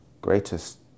greatest